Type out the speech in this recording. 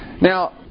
Now